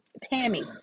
tammy